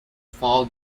fall